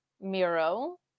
Miro